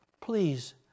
Please